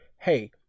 hey